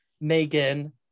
Megan